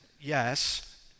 yes